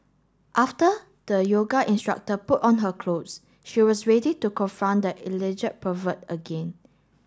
after the yoga instructor put on her clothes she was ready to confront the alleged pervert again